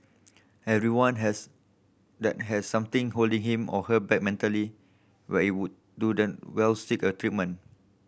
everyone has that has something holding him or her back mentally where it would do them well seek a treatment